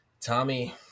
Tommy